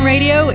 Radio